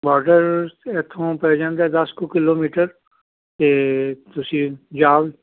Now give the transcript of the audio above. border ਇੱਥੋਂ ਪੈ ਜਾਂਦੇ ਦਸ ਕੁ ਕਿਲੋਮੀਟਰ 'ਤੇ ਤੁਸੀਂ ਜਾ